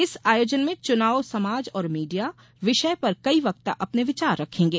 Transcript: इस आयोजन में चुनाव समाज और मीडिया विषय पर कई वक्ता अपने विचार रखेंगे